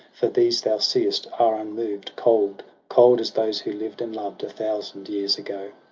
for these thou seest are unmoved cold, cold as those who lived and loved a thousand years ago.